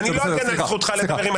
אני לא אגן על זכותך לדבר.